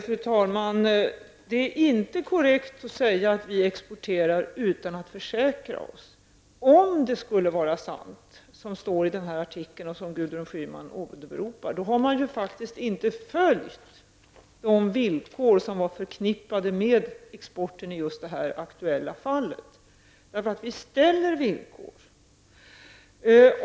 Fru talman! Det är inte korrekt att säga att vi exporterar utan att skaffa oss försäkringar från mottagarlandet. Om det som i den artikel som Gudrun Schyman åberopar skulle vara sant, har man inte följt de villkor som var förknippade med exporten i just detta aktuella fall. Vi ställer villkor.